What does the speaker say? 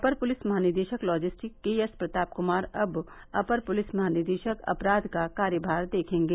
अपर police महानिदेशक logistics KS Pratap Kumar अब अपर पुलिस महानिदेशक अपराध का कार्यभार देखेंगे